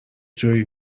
جویی